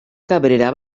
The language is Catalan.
cabrera